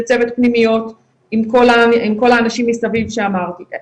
זה צוות פנימיות עם כל האנשים מסביב שאמרתי,